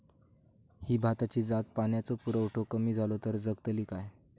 ही भाताची जात पाण्याचो पुरवठो कमी जलो तर जगतली काय?